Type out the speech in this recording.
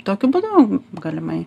tokiu būdu galimai